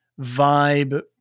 vibe